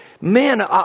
man